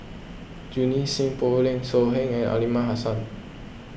Junie Sng Poh Leng So Heng and Aliman Hassan